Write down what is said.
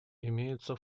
имеется